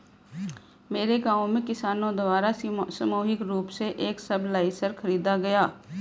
मेरे गांव में किसानो द्वारा सामूहिक रूप से एक सबसॉइलर खरीदा गया